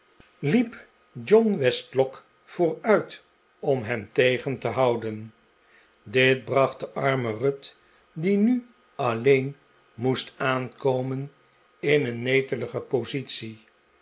hep john westlock vooruit om hem tegen te houden dit bracht de arme ruth die nu alleen moest aankomen in een netelige positie